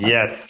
Yes